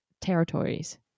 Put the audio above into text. territories